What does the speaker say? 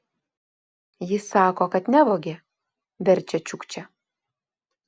jis sako kad nevogė verčia čiukčia